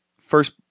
first